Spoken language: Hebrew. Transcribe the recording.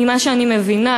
ממה שאני מבינה,